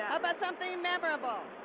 about something memorable?